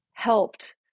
Helped